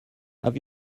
have